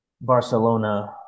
Barcelona